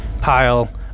pile